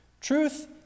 Truth